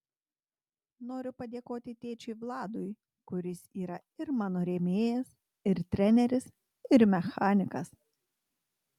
noriu padėkoti tėčiui vladui kuris yra ir mano rėmėjas ir treneris ir mechanikas